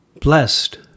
Blessed